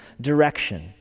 direction